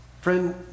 Friend